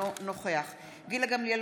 אינו נוכח גילה גמליאל,